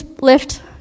lift